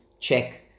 check